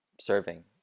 serving